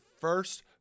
first